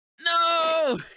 no